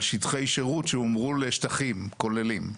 על שטחי שירות שהומרו לשטחים כוללים.